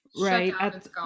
right